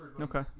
Okay